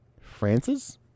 Francis